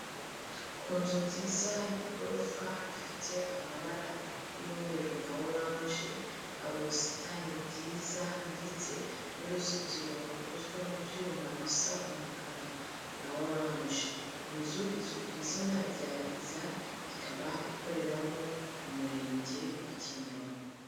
Ku nzu nziza y'igorofa ifite amabara y'umweru na oranje, hari ubusitani bwiza ndetse n'uruzitiro rukozwe mu byuma bisa umukara na oranje, inzu izwi ku izina rya biza ikaba ikoreramo umurenge wa Kimironko.